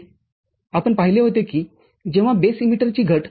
आपण पाहिले होते किजेव्हा बेस इमीटरची घट०